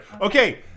Okay